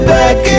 back